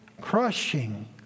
crushing